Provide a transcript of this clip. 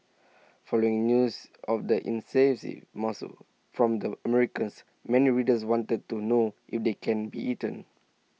following news of the mussel from the Americas many readers wanted to know if they can be eaten